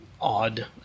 odd